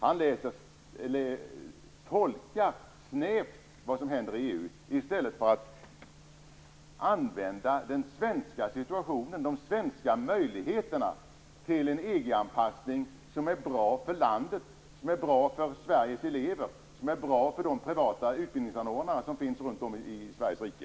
Han tolkar snävt vad som händer i EU i stället för att använda de svenska möjligheterna till en EG anpassning som är bra för landet, som är bra för Sveriges elever och som är bra för de privata utbildningsanordnarna runt om i Sveriges rike.